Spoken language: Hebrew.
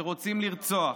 שרוצים לרצוח.